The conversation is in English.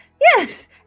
Yes